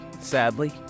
Sadly